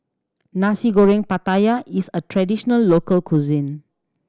Nasi Goreng Pattaya is a traditional local cuisine